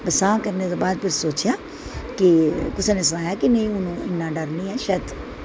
बसांऽ करने दे बाद फ्ही सोचेआ केह् कुसै नै सनाया केह् में इन्ना डरनी ऐ शायद